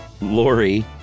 Lori